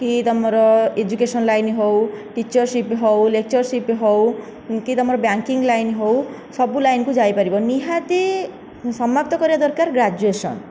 କି ତମର education line ହେଉ ଟୀଚରସିପ ହେଉ ଲେକ୍ଚରସିପ ହେଉ କି ତମର ବ୍ୟାଙ୍କିଙ୍ଗ ଲାଇନ ହେଉ ସବୁ ଲାଇନକୁ ଯାଇପାରିବ ନିହାତି ସମାପ୍ତ କରିବା ଦରକାର ଗ୍ରାଜୁଏସନ୍